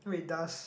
wait does